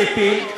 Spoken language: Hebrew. ציפי,